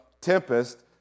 tempest